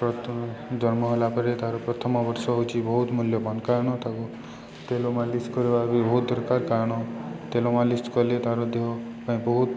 ପ୍ରଥମେ ଜନ୍ମ ହେଲା ପରେ ତା'ର ପ୍ରଥମ ବର୍ଷ ହଉଚି ବହୁତ ମୂଲ୍ୟବାନ୍ କାରଣ ତାକୁ ତେଲ ମାଲିସ୍ କରିବା ବି ବହୁତ ଦରକାର କାରଣ ତେଲ ମାଲିସ୍ କଲେ ତା'ର ଦେହ ପାଇଁ ବହୁତ